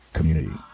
community